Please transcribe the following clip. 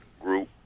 group